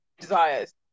desires